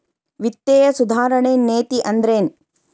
ವಿತ್ತೇಯ ಸುಧಾರಣೆ ನೇತಿ ಅಂದ್ರೆನ್